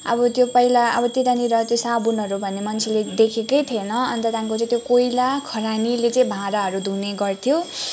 अब त्यो पहिला अब त्यतानिर त्यो साबुनहरू भन्ने मान्छेले देखेकै थिएन अन्त त्यहाँदेखिको चाहिँ त्यो कोइला खरानीले चाहिँ भाँडाहरू धुने गर्थ्यो